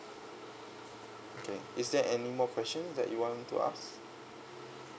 okay is there any more question that you want to ask